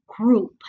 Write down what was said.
Group